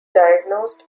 diagnosed